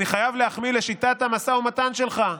אני חייב להחמיא לשיטת המשא ומתן שלך.